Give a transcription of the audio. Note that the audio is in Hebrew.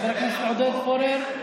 חבר הכנסת עודד פורר,